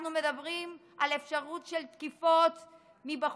אנחנו מדברים על אפשרות של תקיפות מבחוץ,